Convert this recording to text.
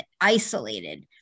isolated